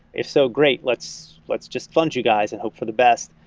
if so, great. let's let's just fund you guys and hope for the best.